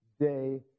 day